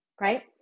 right